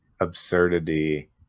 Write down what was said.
absurdity